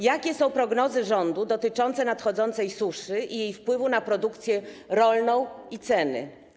Jakie są prognozy rządu dotyczące nadchodzącej suszy i jej wpływu na produkcję rolną i ceny?